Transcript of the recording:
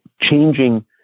changing